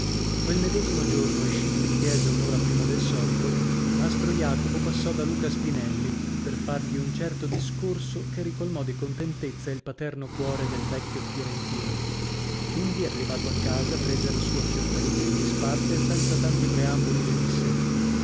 quel medesimo giorno escito di chiesa un'ora prima del solito mastro jacopo passò da luca spinelli per fargli un certo discorso che ricolmò di contentezza il paterno cuore del vecchio fiorentino indi arrivato a casa prese la sua fiordalisa in disparte e senza tanti preamboli le disse